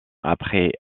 après